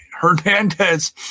Hernandez